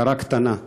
הערה קטנה,